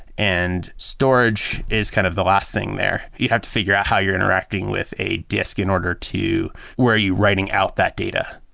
and storage is kind of the last thing there. you have to figure out how you're interacting with a disk in order to where you're writing out that data.